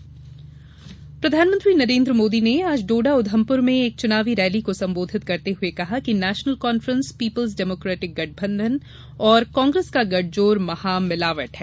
मोदी सभा प्रधानमंत्री नरेन्द्र मोदी ने आज डोडा उधमप्र में एक च्नावी रैली को संबोधित करते हुए कहा कि नेशनल कांफ्रेस पीपुल्स डेमोकेटिक गठबंधन और कांग्रेस का गठजोड़ महामिलावट है